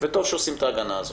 וטוב שעושים את ההגנה הזאת.